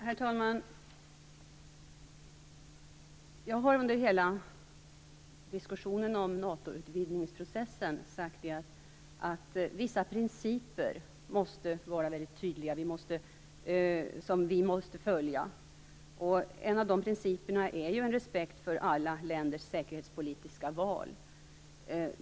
Herr talman! Jag har under hela diskussionen om processen med en utvidning av NATO sagt att vissa principer som vi måste följa skall vara tydliga. En av de principerna är en respekt för alla länders säkerhetspolitiska val.